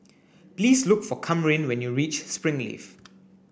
please look for Kamryn when you reach Springleaf